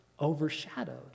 overshadowed